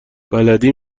بلدی